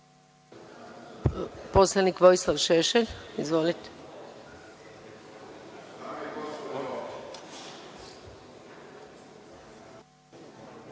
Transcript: Poslanik Vojislav Šešelj. Izvolite.